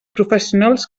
professionals